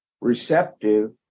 receptive